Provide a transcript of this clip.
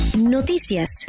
Noticias